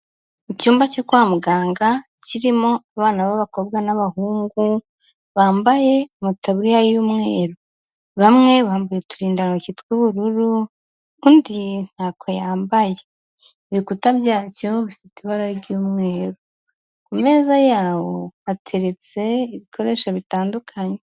Mu icyumba cyo kwa muganga kirimo abana b'abakobwa n'abahungu, bambaye amataburiya y'umweru, bamwe bambaye uturindantoki tw'ubururu, undi ntako yambaye, ibikuta byacyo bifite ibara ry'umweru, ku meza y'aho hateretse ibikoresho bitandukanye.